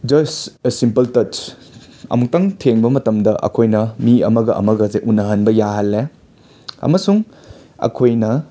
just ꯑꯦ simple ꯇꯁ ꯑꯃꯨꯛꯇꯪ ꯊꯦꯡꯕ ꯃꯇꯝꯗ ꯑꯩꯈꯣꯏꯅ ꯃꯤ ꯑꯃꯒ ꯑꯃꯒꯁꯦ ꯎꯅꯍꯟꯕ ꯌꯥꯍꯜꯂꯦ ꯑꯃꯁꯨꯡ ꯑꯩꯈꯣꯏꯅ